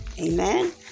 Amen